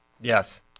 Yes